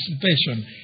participation